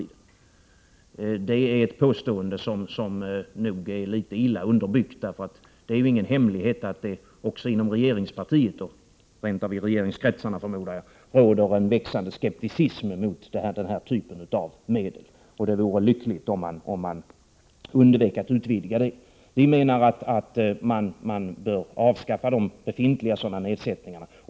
Det är ett påstående som får anses något illa underbyggt. Det är ju ingen hemlighet att det också inom regeringspartiet och, som jag förmodar, rent av inom regeringskretsen råder en växande skepticism mot den här typen av medel. Det vore lyckligt om man undvek att utvidga användningen av dem. Vi menar att man bör avskaffa befintliga avgiftsnedsättningar.